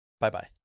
Bye-bye